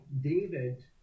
David